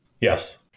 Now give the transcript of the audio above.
Yes